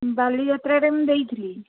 ବାଲିଯାତ୍ରାରେ ମୁଁ ଦେଇଥିଲି